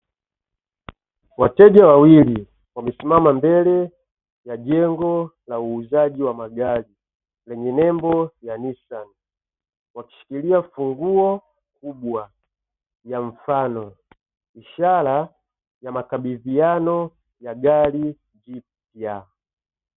wateja wawili, wamesimama mbele ya jengo na uuzaji wa magari, lenye nembo ya "Nisani" wakishikilia funguo kubwa ya mfano, ishara ya makabidhiano ya gari jipya.